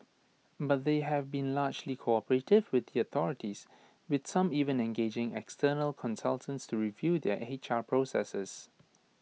but they have been largely cooperative with the authorities with some even engaging external consultants to review their H R processes